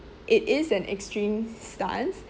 it is an extreme stance